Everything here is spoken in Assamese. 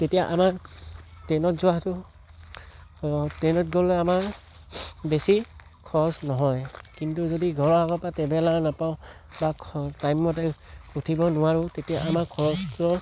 তেতিয়া আমাৰ ট্ৰেইনত যোৱাটো ট্ৰেইনত গ'লে আমাৰ বেছি খৰচ নহয় কিন্তু ঘৰৰ আগৰপৰা যদি টেভেলাৰ নাপাওঁ বা টাইমমতে উঠিব নোৱাৰোঁ তেতিয়া আমাৰ খৰচটো